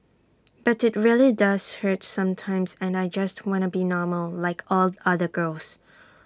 but IT really does hurt sometimes and I just wanna be normal like all the other girls